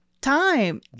time